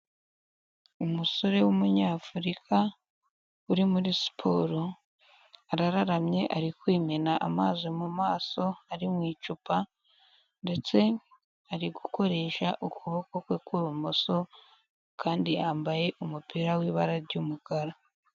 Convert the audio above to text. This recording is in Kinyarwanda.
Umusore w'umunyafurika uri muri siporo, arararamye, ari kwimena amazi mu maso ari mu icupa ndetse ari gukoresha ukuboko kwe kw'ibumoso kandi yambaye umupira w'ibara ry'umukara.